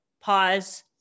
pause